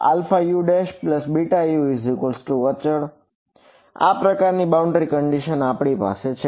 તે αUβUઅચળ છે આ પ્રકારની બાઉન્ડ્રી કન્ડિશન આપણી પાસે છે